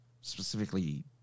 specifically